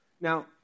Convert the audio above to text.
Now